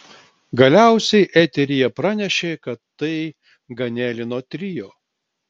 galiausiai eteryje pranešė kad tai ganelino trio